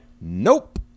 nope